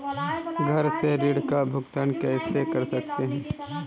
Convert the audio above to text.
घर से ऋण का भुगतान कैसे कर सकते हैं?